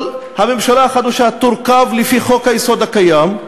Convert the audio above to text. הממשלה החדשה תורכב לפי חוק-היסוד הקיים,